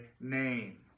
name